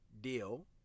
deal